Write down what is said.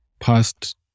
past